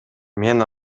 мен